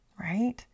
right